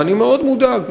ואני מאוד מודאג.